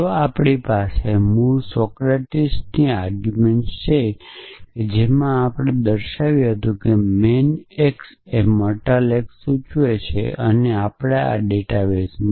જો આપણી પાસે આપણી મૂળ દલીલ છે જેમાં કહ્યું છે કે Socratic man x mortal x સૂચવે છે અને આપણા ડેટાબેઝ માં